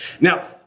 Now